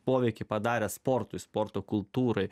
poveikį padaręs sportui sporto kultūrai